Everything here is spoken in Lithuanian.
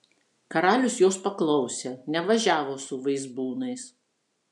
karalius jos paklausė nevažiavo su vaizbūnais